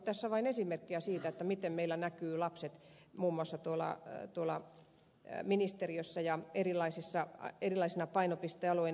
tässä vain esimerkkejä siitä miten meillä näkyvät lapset muun muassa ministeriössä ja erilaisina painopistealueina